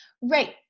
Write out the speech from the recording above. right